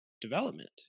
development